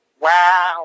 Wow